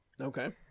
Okay